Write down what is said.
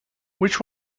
which